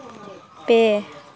ᱯᱮ